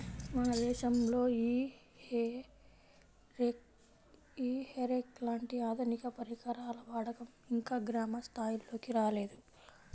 మన దేశంలో ఈ హే రేక్ లాంటి ఆధునిక పరికరాల వాడకం ఇంకా గ్రామ స్థాయిల్లోకి రాలేదు